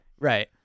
Right